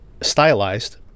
stylized